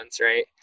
right